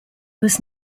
was